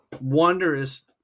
Wondrous